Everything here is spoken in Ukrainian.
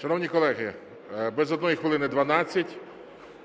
Шановні колеги, без однієї хвилини 12.